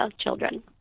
children